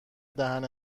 دهن